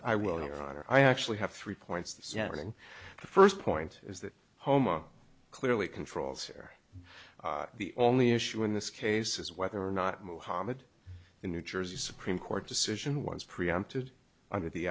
honor i actually have three points generating the first point is that houma clearly controls here the only issue in this case is whether or not mohammed in new jersey supreme court decision was preempted under the